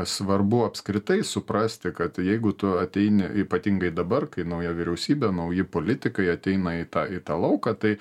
svarbu apskritai suprasti kad jeigu tu ateini ypatingai dabar kai nauja vyriausybė nauji politikai ateina į tą į tą lauką tai